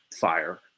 fire